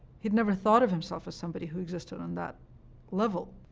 he'd never thought of himself as somebody who existed on that level.